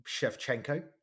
Shevchenko